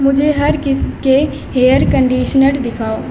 مجھے ہر قسم کے ہیئر کنڈیشنر دکھاؤ